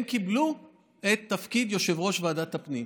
הם קיבלו את תפקיד יושב-ראש ועדת הפנים.